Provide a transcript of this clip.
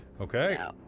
Okay